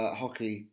hockey